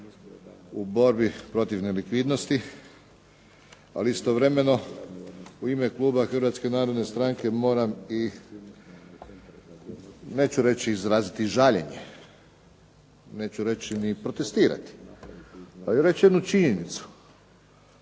u borbi protiv nelikvidnosti ali istovremeno u ime kluba Hrvatske narodne stranke moram i neću reći izraziti žaljenje, neću reći ni protestirati ali reći jednu činjenicu